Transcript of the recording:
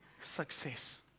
success